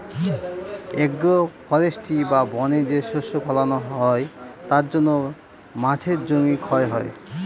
agro forestry বা বনে যে শস্য ফলানো হয় তার জন্য মাঝের জমি ক্ষয় হয়